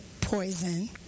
poison